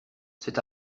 cet